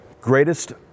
Greatest